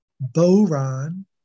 Boron